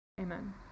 Amen